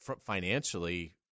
financially